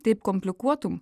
taip komplikuotum